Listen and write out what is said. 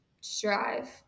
strive